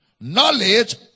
Knowledge